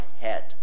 head